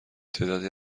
تعدادی